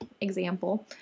example